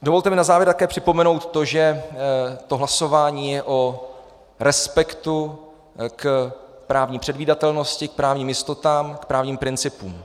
Dovolte mi na závěr také připomenout to, že to hlasování je o respektu k právní předvídatelnosti, k právním jistotám, k právním principům.